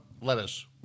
lettuce